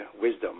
wisdom